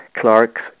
Clark's